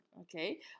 okay